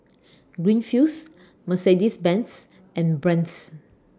Greenfields Mercedes Benz and Brand's